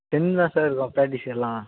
ten தான் sir இருக்கோம் practice எல்லாம்